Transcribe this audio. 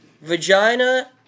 Vagina